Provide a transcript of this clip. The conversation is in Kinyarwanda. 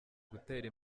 gutera